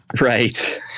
Right